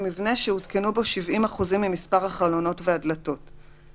מבנה שהותקנו בו 70 אחוזים ממספר החלונות והדלתות,